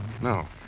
No